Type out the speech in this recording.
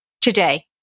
today